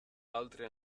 altri